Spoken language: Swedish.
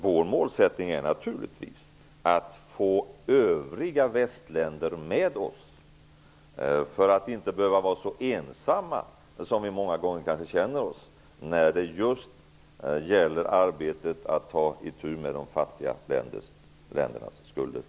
Vår målsättning är naturligtvis att få övriga västländer med oss för att inte behöva känna oss så ensamma som vi många gånger kanske gör när det gäller arbetet att ta itu med de fattiga ländernas skulder.